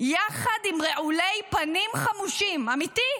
יחד עם רעולי פנים חמושים, אמיתי.